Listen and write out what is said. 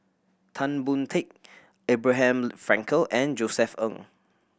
Tan Boon Teik Abraham Frankel and Josef Ng